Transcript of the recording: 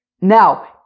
Now